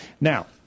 Now